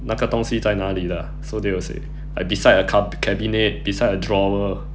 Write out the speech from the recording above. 那个东西在哪里 lah so they will say like beside a cup cabinet beside a drawer